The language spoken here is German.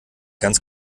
ganz